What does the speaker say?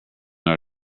are